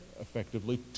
effectively